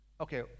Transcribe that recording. okay